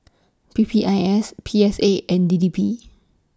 P P I S P S A and D D P